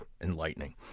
enlightening